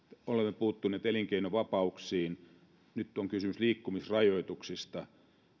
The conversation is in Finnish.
olemme puuttuneet elinkeinovapauksiin nyt on kysymys liikkumisrajoituksista